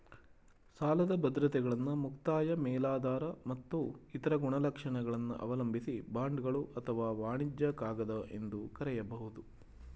ಸಾಲದ ಬದ್ರತೆಗಳನ್ನ ಮುಕ್ತಾಯ ಮೇಲಾಧಾರ ಮತ್ತು ಇತರ ಗುಣಲಕ್ಷಣಗಳನ್ನ ಅವಲಂಬಿಸಿ ಬಾಂಡ್ಗಳು ಅಥವಾ ವಾಣಿಜ್ಯ ಕಾಗದ ಎಂದು ಕರೆಯಬಹುದು